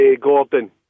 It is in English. Gordon